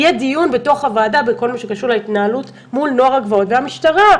יהיה דיון בוועדה בכל מה שקשור להתנהלות מול נוער הגבעות והמשטרה,